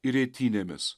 ir eitynėmis